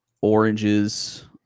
oranges